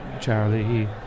Charlie